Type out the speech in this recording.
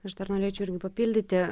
aš dar norėčiau irgi papildyti